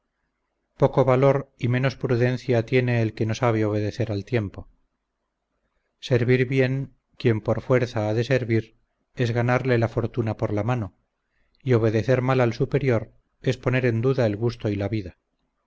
poco valor y menos prudencia tiene el que no sabe obedecer al tiempo servir bien quien por fuerza ha de servir es ganarle la fortuna por la mano y obedecer mal al superior es poner en duda el gusto y la vida